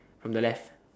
from the left